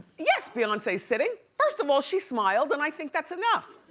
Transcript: yes beyonce's sitting. first of all, she smiled, and i think that's enough.